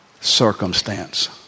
circumstance